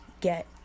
get